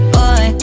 boy